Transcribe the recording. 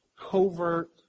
covert